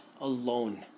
alone